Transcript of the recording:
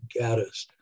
Gaddis